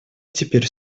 теперь